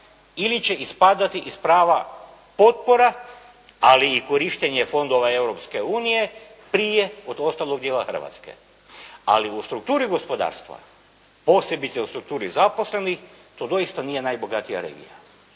ili će ispadati iz prava potpora, ali i korištenja fondova Europske unije prije od ostalog dijela Hrvatske. Ali u strukturi gospodarstva, posebice u strukturi zaposlenih, to doista nije najbogatija regija.